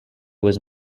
was